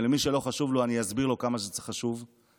ולמי שלא חשוב לו אני אסביר לו כמה זה חשוב לחינוך,